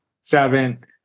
seven